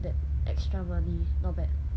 that extra money not bad